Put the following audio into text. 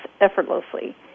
effortlessly